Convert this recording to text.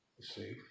see